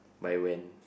by when